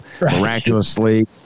miraculously